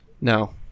No